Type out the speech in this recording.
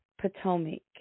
Potomac